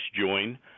join